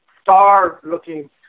star-looking